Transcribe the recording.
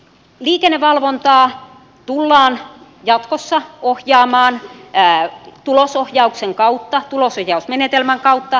liikennevalvontaa tullaan jatkossa ohjaamaan tulosohjausmenetelmän kautta poliisihallituksesta käsin